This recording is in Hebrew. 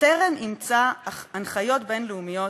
"טרם אימצה הנחיות בין-לאומיות